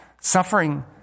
Suffering